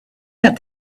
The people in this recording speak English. that